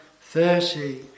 thirty